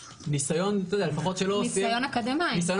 ניסיון, אתה יודע לפחות שלא --- ניסיון אקדמאי.